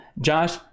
Josh